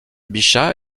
bichat